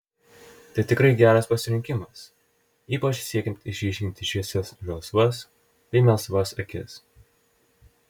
tai tikrai geras pasirinkimas ypač siekiant išryškinti šviesias žalsvas bei melsvas akis